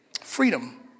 Freedom